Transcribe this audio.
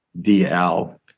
DL